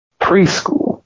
preschool